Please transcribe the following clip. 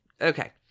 Okay